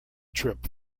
trip